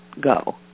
go